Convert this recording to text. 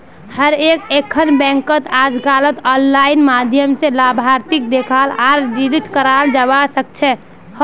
हर एकखन बैंकत अजकालित आनलाइन माध्यम स लाभार्थीक देखाल आर डिलीट कराल जाबा सकेछे